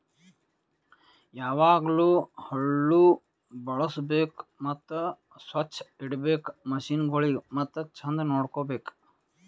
ಯಾವಾಗ್ಲೂ ಹಳ್ಳು ಬಳುಸ್ಬೇಕು ಮತ್ತ ಸೊಚ್ಚ್ ಇಡಬೇಕು ಮಷೀನಗೊಳಿಗ್ ಮತ್ತ ಚಂದ್ ನೋಡ್ಕೋ ಬೇಕು